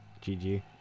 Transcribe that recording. GG